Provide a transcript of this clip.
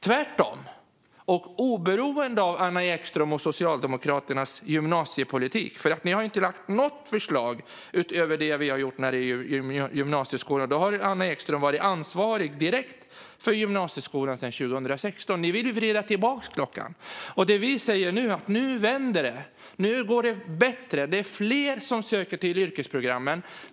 Tvärtom, och oberoende av Anna Ekströms och Socialdemokraternas gymnasiepolitik. Ni har ju inte lagt fram något förslag utöver det vi har gjort när det gäller gymnasieskolan, och då har du, Anna Ekström, varit direkt ansvarig för gymnasieskolan sedan 2016. Ni vill vrida tillbaka klockan. Vi säger: Nu vänder det. Nu går det bättre. Det är fler som söker till yrkesprogrammen.